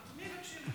מי מקשיב?